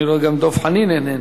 אני רואה שגם דב חנין איננו.